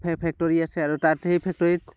factory আছে আৰু তাত সেই ফেক্টৰীত